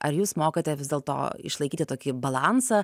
ar jūs mokate vis dėlto išlaikyti tokį balansą